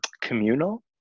communal